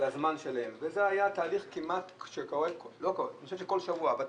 זה היה תהליך שקורה כל שבוע,